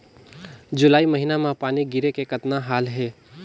जुलाई महीना म पानी गिरे के कतना हाल हे?